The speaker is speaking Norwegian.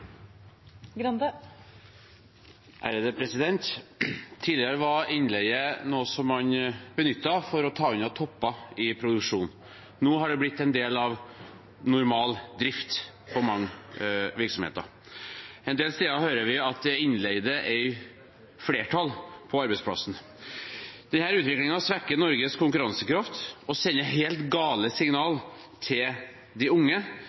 Tidligere var innleie noe som man benyttet for å ta unna topper i produksjonen. Nå har det blitt en del av normal drift for mange virksomheter. En del steder hører vi at innleide er i flertall på arbeidsplassen. Denne utviklingen svekker Norges konkurransekraft og sender helt gale signaler til de unge